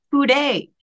Today